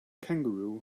kangaroo